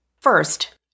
First